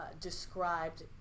described